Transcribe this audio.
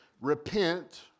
Repent